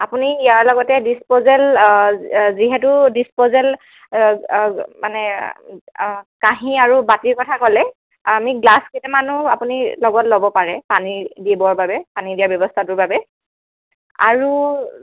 আপুনি ইয়াৰ লগতে ডিচপজেল যিহেতু ডিচপজেল মানে কাঁহী আৰু বাটিৰ কথা ক'লে আমি গ্লাছ কেইটামানো আপুনি লগত ল'ব পাৰে পানী দিবৰ বাবে পানী দিয়া ব্যৱস্থাটোৰ বাবে আৰু